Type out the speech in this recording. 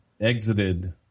exited